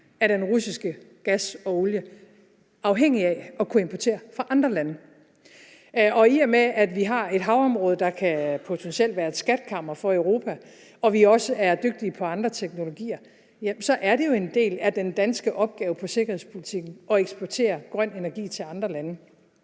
af den russiske gas og olie, og det er afhængigt af at kunne importere fra andre lande, og i og med at vi har et havområde, der potentielt kan være et skatkammer for Europa, og vi også er dygtige inden for andre teknologier, så er det jo en del af den danske opgave inden for sikkerhedspolitikken at eksportere grøn energi til andre lande.